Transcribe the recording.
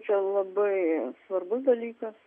čia labai svarbus dalykas